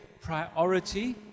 priority